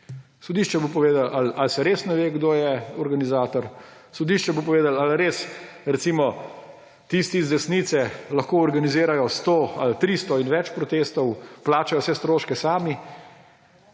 Sodišče bo povedalo, ali se res ne ve, kdo je organizator, sodišče bo povedalo, ali res, recimo, tisti z desnice lahko organizirajo sto ali tristo in več protestov, plačajo vse stroške sami,